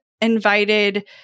invited